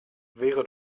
wäre